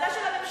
ועדה של הממשלה,